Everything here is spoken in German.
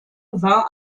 war